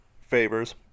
favors